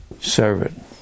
servant